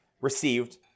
received